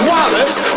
Wallace